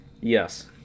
Yes